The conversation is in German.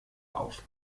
auf